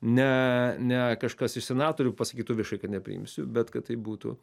ne ne kažkas iš senatorių pasakytų viešai kad nepriimsiu bet kad tai būtų